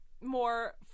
more